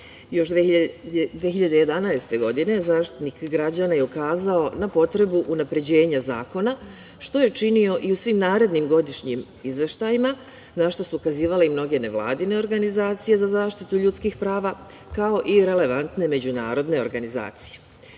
2011. godine Zaštitnik građana je ukazao na potrebu unapređenja zakona, što je činio i u svim narednim godišnjim izveštajima, na šta su ukazivale i mnoge nevladine organizacije za zaštitu ljudskih prava, kao i relevantne međunarodne organizacije. Suština